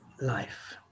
life